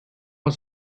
was